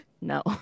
No